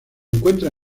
encuentra